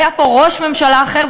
היה פה ראש ממשלה אחר,